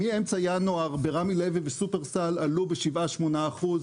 מאמצע ינואר ברמי לוי ושופרסל עלו המחירים ב-8%-7%.